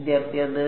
വിദ്യാർത്ഥി അത്